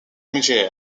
mgr